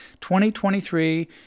2023